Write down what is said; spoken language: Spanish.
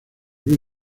luis